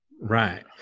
Right